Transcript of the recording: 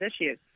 issues